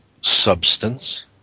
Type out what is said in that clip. substance